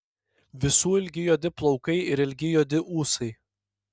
visų ilgi juodi plaukai ir ilgi juodi ūsai